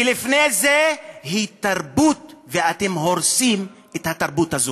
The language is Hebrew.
ולפני זה היא תרבות, ואתם הורסים את התרבות הזאת.